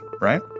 Right